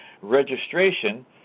registration